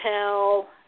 tell